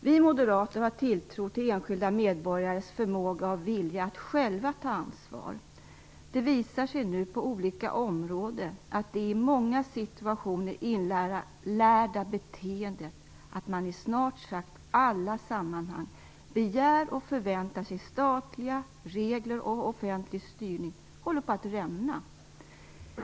Vi moderater har tilltro till enskilda medborgares förmåga och vilja att själva ta ansvar. Det visar sig nu på olika områden att det i många situationer inlärda beteendet att man i snart sagt alla sammanhang begär och förväntar sig statliga regler och offentlig styrning håller på att rämna.